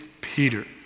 Peter